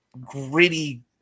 gritty